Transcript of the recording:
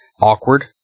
awkward